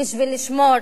בשביל לשמור